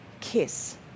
kiss